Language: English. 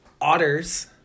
Otters